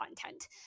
content